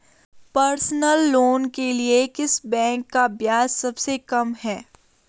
Personal loan के लिए किस बैंक का ब्याज सबसे कम है?